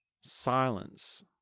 silence